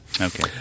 Okay